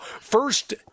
First